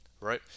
right